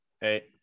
hey